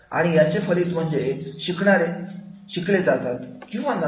आणि याचे फलित म्हणजे शिकणारे शिकले जातात किंवा नाही